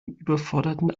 überforderten